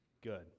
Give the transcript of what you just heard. Good